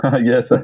yes